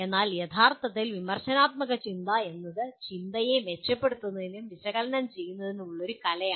എന്നാൽ യഥാർത്ഥത്തിൽ വിമർശനാത്മക ചിന്ത എന്നത് ചിന്തയെ മെച്ചപ്പെടുത്തുന്നതിനും വിശകലനം ചെയ്യുന്നതിനുമുള്ള കലയാണ്